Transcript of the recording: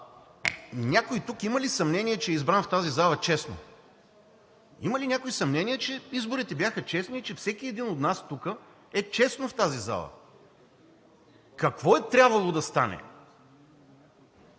Някой тук има ли съмнение, че е избран в тази зала честно? Има ли някой съмнение, че изборите бяха честни и че всеки един от нас тук е честно в тази зала? Какво е трябвало да стане.